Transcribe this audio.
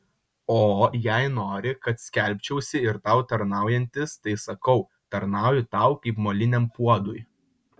o jei nori kad skelbčiausi ir tau tarnaujantis tai sakau tarnauju tau kaip moliniam puodui